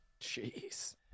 Jeez